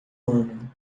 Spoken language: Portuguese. ano